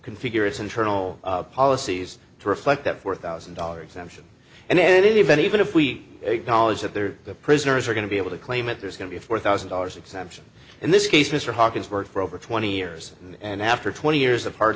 configure its internal policies to reflect that four thousand dollars sanction in any event even if we acknowledge that there are the prisoners are going to be able to claim it there's going to be four thousand dollars exemption in this case mr hawkins worked for over twenty years and after twenty years of hard